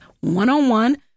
one-on-one